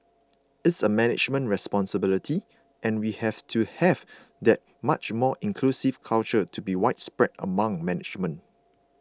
it's a management responsibility and we have to have that much more inclusive culture to be widespread amongst management